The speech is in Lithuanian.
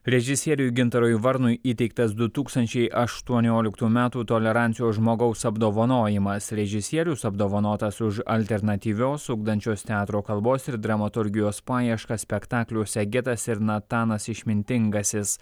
režisieriui gintarui varnui įteiktas du tūkstančiai aštuonioliktų metų tolerancijos žmogaus apdovanojimas režisierius apdovanotas už alternatyvios ugdančios teatro kalbos ir dramaturgijos paieškas spektakliuose getas ir natanas išmintingasis